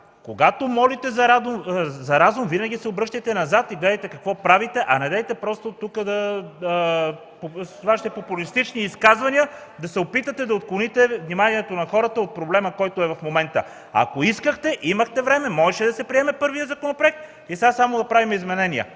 когато молите за разум, винаги се обръщайте назад и гледайте какво правите, а недейте просто с Вашите популистични изказвания да се опитвате да отклоните вниманието на хората от проблема, който е в момента. Ако искахте, имахте време – можеше да се приеме първият законопроект и сега само да правим изменения,